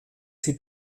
sie